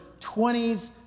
20s